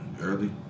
early